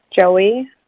Joey